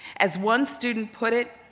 as one student put it,